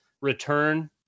return